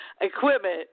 equipment